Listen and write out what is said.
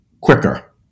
quicker